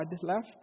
left